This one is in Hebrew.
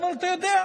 אבל אתה יודע,